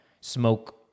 smoke